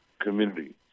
community